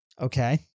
Okay